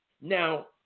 Now